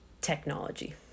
technology